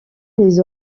les